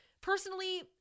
Personally